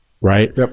Right